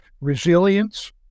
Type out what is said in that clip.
resilience